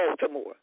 Baltimore